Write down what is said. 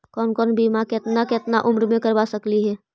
कौन कौन बिमा केतना केतना उम्र मे करबा सकली हे?